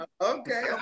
Okay